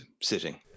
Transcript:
sitting